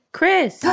Chris